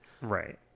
Right